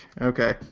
Okay